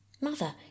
Mother